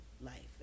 life